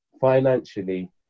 financially